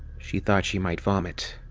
she thought she might vomit.